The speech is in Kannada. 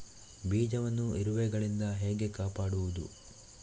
ಬೀಜವನ್ನು ಇರುವೆಗಳಿಂದ ಹೇಗೆ ಕಾಪಾಡುವುದು?